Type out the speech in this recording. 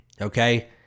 Okay